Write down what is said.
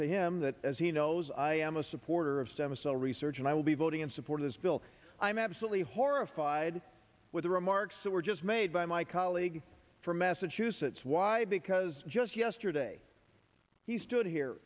to him that as he knows i am a supporter of stem cell research and i will be voting in support of this bill i'm absolutely horrified with the remarks that were just made by my colleague from massachusetts why because just yesterday he stood here